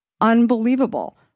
Unbelievable